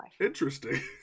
Interesting